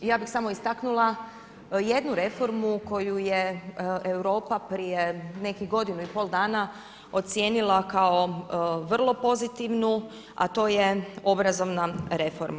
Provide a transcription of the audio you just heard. Ja bih samo istaknula jednu reformu koju je Europa prije nekih godinu i pol dana ocijenila kao vrlo pozitivnu, a to je obrazovna reforma.